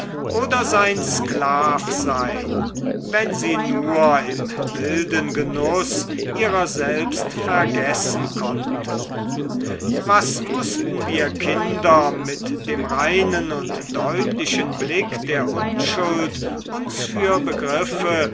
oder sein sklav sein wenn sie nur im wilden genuß ihrer selbst vergessen konnte was mußten wir kinder mit dem reinen und deutlichen blick der unschuld uns für begriffe